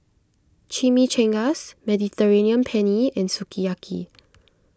Chimichangas Mediterranean Penne and Sukiyaki